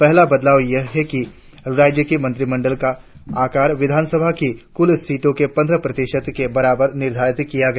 पहला बदलाव यह हुआ कि राज्यों के मंत्रिमंडल का आकार विधानसभा की कुल सीटों के पंद्रह प्रतिशत के बराबर निर्धारित किया गया